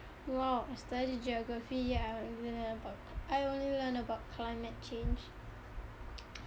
!wow! I study geography yet I only learn about climate change